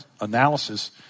analysis